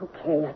Okay